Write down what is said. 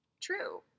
True